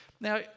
Now